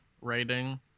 writing